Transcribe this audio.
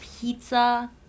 pizza